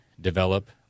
develop